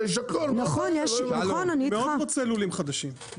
מאוד רוצה לולים חדשים,